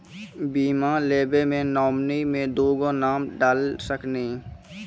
बीमा लेवे मे नॉमिनी मे दुगो नाम डाल सकनी?